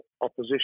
opposition